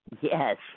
yes